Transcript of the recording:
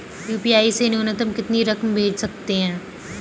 UPI से न्यूनतम कितनी रकम भेज सकते हैं?